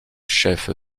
chef